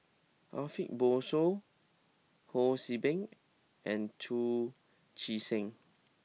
Ariff Bongso Ho See Beng and Chu Chee Seng